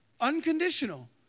Unconditional